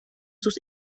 sus